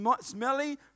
smelly